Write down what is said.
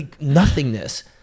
nothingness